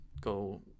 go